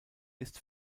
ist